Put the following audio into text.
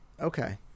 Okay